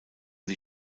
die